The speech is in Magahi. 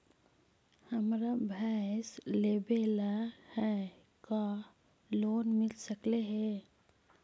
हमरा भैस लेबे ल है का लोन मिल सकले हे?